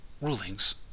Rulings